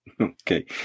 Okay